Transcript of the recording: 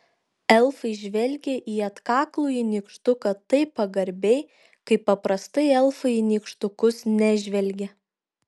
elfai žvelgė į atkaklųjį nykštuką taip pagarbiai kaip paprastai elfai į nykštukus nežvelgia